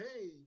Hey